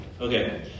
Okay